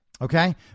Okay